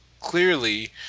clearly